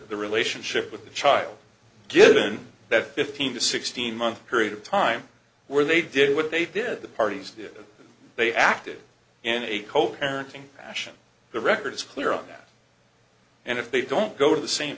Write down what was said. the relationship with the child given that fifteen to sixteen month period of time where they did what they did the parties did they acted in a co parenting action the record is clear on that and if they don't go to the same